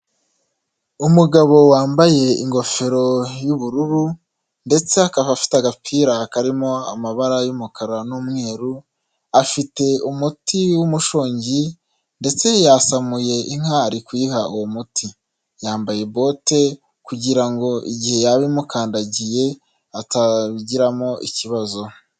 Umugabo wambaye ingofero y'ubururu ndetse akaba afite agapira karimo amabara y'umukara n'umweru, afite umuti w'umushongi ndetse yasamuye inka ari kuyiha uwo muti, yambaye bote kugira ngo igihe yaba imukandagiye atagiramo ikibazo.